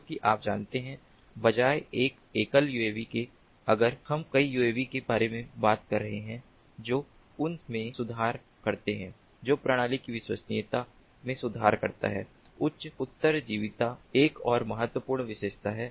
क्योंकि आप जानते हैं बजाय एक एकल यूएवी के अगर हम कई यूएवी के बारे में बात कर रहे हैं जो उस में सुधार करते हैं जो प्रणाली की विश्वसनीयता में सुधार करता है उच्च उत्तरजीविता एक और महत्वपूर्ण विशेषता है